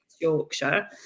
Yorkshire